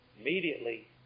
immediately